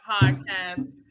podcast